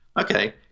okay